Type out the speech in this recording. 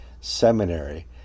seminary